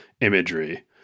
imagery